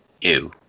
Ew